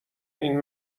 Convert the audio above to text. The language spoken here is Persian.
این